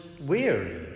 weary